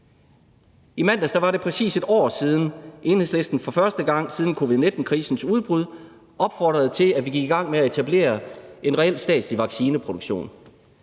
I mandags var det præcis 1 år siden, at Enhedslisten for første gang siden covid-19-krisens udbud opfordrede til, at vi gik i gang med at etablere en reel statslig vaccineproduktion.